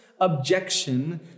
objection